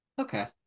Okay